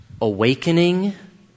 awakening